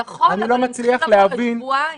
אתה יכול, אבל תהיו ביחד שבועיים.